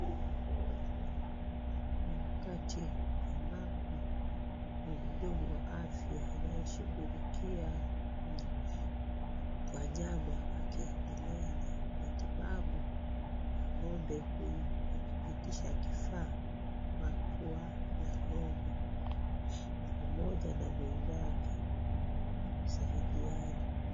Ni wakati ambapo mhudumu wa afya anayeshukulikia wanyama akiendelea na matibabu na ngombe huyu, akipitisha kifaa Mapua la ngombe pamoja na mwenzake wanasaidiana.